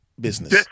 business